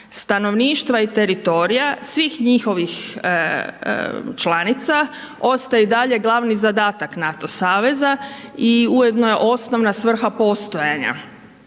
stanovništva i teritorija svih njihovih članica ostaje i dalje glavni zadatak NATO saveza i ujedno je osnovna svrha postojanja